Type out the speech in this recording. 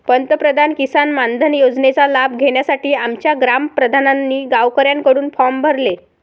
पंतप्रधान किसान मानधन योजनेचा लाभ घेण्यासाठी आमच्या ग्राम प्रधानांनी गावकऱ्यांकडून फॉर्म भरले